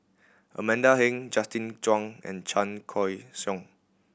Amanda Heng Justin Zhuang and Chan Choy Siong